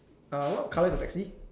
uh what color is the taxi